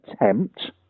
attempt